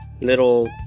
little